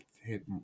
hit